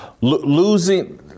losing